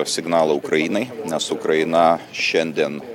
signalą ukrainai nes ukraina šiandien